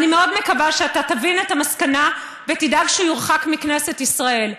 אני מאוד מקווה שאתה תבין את המסקנה ותדאג שהוא יורחק מכנסת ישראל.